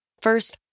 First